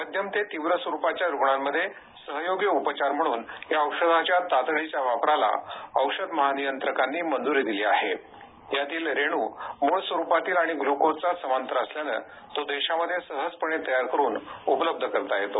मध्यम ते तीव्र स्वरूपाच्या रुग्णामध्ये सहयोगी उपचार म्हणून या औषधाच्या तातडीच्या वापराला औषध महानियंत्रकांनी मंजुरी दिली आहे यातील रेणू मूळ स्वरुपातील आणि ग्लुकोजचा समांतर असल्याने तो देशामध्ये सहजपणे तयार करुन उपलब्ध करता येतो